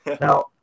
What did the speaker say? Now